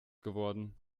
geworden